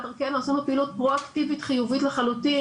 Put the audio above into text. דרכנו עשינו פעילות פרו-אקטיבית חיובית לחלוטין.